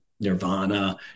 Nirvana